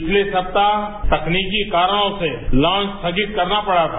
पिछले सप्ताह तकनीकी कारणों से लॉन्चस थगित करना पड़ा था